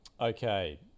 Okay